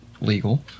legal